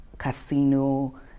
Casino